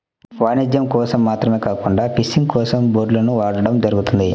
వాణిజ్యం కోసం మాత్రమే కాకుండా ఫిషింగ్ కోసం బోట్లను వాడటం జరుగుతుంది